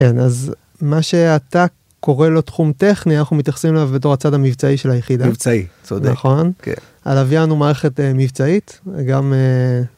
כן, אז מה שעתה קורא לו תחום טכני, אנחנו מתייחסים לו בתור הצד המבצעי של היחידה. מבצעי, צודק. נכון? כן. הלוויין הוא מערכת מבצעית, גם...